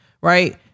right